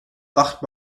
wacht